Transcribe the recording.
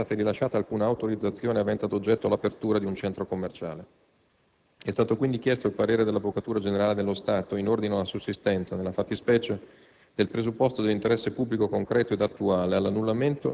L'ispettore incaricato ha affermato che sull'area in questione non è stata rilasciata alcuna autorizzazione avente ad oggetto l'apertura di un centro commerciale. È stato quindi chiesto il parere dell'Avvocatura generale dello Stato in ordine alla sussistenza - nella fattispecie